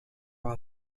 are